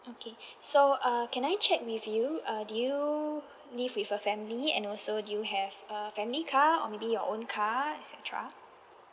okay so uh can I check with you uh do you live with a family and also do you have a family car or maybe your own car et cetera